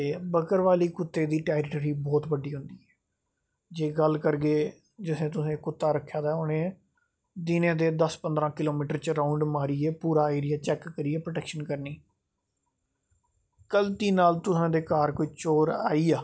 ते बकरबाली कुत्ते दी टाइप जेह्ड़ी बौह्त बड्डी होंदी ऐ जे गल्ल करगे जे तुसें कुत्ता रक्खे दा दिना दा चौदां पंदरा किलो मीटर रौंड मारियै पूरा चैक्क करियै प्रोटैक्शन करनीं कल गी तुसां दे घर कोई चोर आई जा